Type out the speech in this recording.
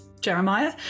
Jeremiah